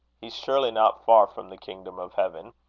he's surely not far from the kingdom of heaven.